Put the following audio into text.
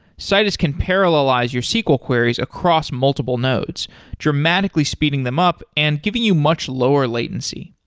citus can parallelize your sql queries across multiple nodes dramatically speeding them up and giving you much lower latency.